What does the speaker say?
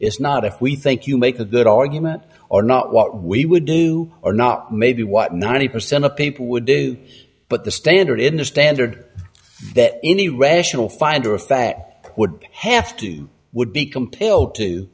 is not if we think you make of that argument or not what we would do or not maybe what ninety percent of people would do but the standard in the standard that any rational finder of fact would have to would be compelled to